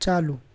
ચાલુ